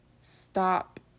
stop